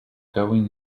going